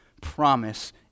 promise